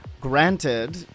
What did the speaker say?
Granted